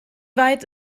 weit